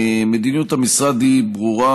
מדיניות המשרד היא ברורה,